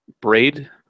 Braid